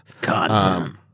Content